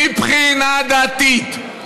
מבחינה דתית.